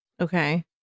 Okay